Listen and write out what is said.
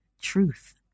truth